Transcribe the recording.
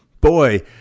boy